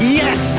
yes